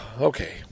okay